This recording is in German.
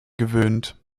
gewöhnt